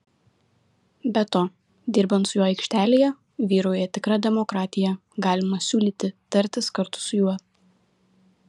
be to dirbant su juo aikštelėje vyrauja tikra demokratija galima siūlyti tartis kartu su juo